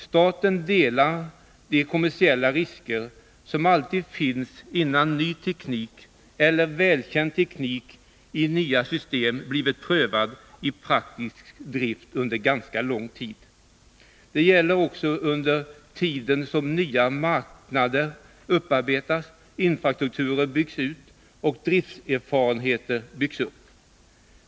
Staten delar de kommersiella risker som alltid finns innan ny teknik eller välkänd teknik i nya system blivit prövad i praktisk drift under ganska lång tid. Det gäller också under den tid som nya marknader upparbetas, infrastruktur byggs ut och drifterfarenheter byggs upp.